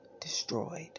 destroyed